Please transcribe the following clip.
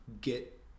get